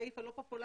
הסעיף הפופולרי.